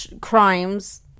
crimes